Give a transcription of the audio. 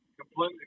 completely